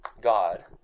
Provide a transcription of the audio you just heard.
God